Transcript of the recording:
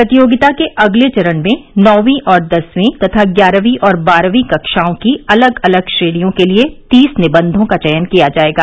प्रतियोगिता के अगले चरण में नौवीं और दसवीं तथा ग्यारहवीं और बारहवीं कक्षाओं की अलग अलग श्रेणियों के लिए तीस निबंधों का चयन किया जाएगा